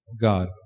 God